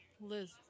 Liz